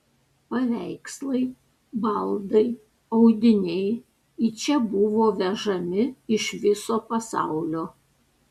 paveikslai baldai audiniai į čia buvo vežami iš viso pasaulio